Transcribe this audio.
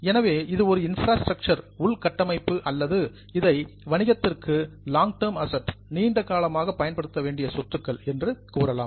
எனவே இது ஒரு இன்ஃப்ராஸ்ட்ரக்சர் உள்கட்டமைப்பு அல்லது இவை வணிகத்திற்கு லாங் டெர்ம் அசட்ஸ் நீண்டகாலமாக பயன்படுத்த வேண்டிய சொத்துக்கள் என்று கூறலாம்